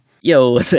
yo